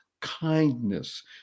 kindness